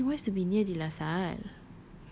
ya because he wants to be near the de la salle